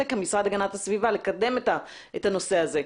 כמשרד להגנת הסביבה ולקדם את העניין הזה.